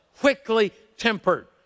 quickly-tempered